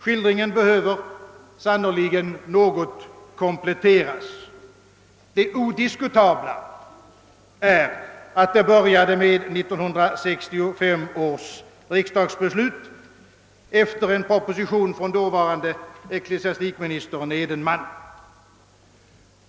Skildringen behöver sannerligen något kompletteras. Odiskutabelt är att handläggningen började med 1965 års riksdagsbeslut efter en proposition från dåvarande eck lesiastikministern Edenman.